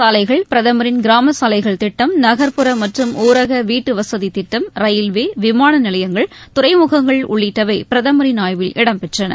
சாலைகள் பிரதமரின் கிராம சாலைகள் திட்டம் நகர்புற மற்றும் ஊரக வீட்டுவசதி திட்டம் ரயில்வே விமான நிலையங்கள் துறைமுகங்கள் உள்ளிட்டவை பிரதமரின் ஆய்வில் இடம்பெற்றன